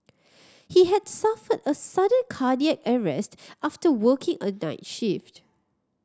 he had suffered a sudden cardiac arrest after working a night shift